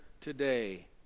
today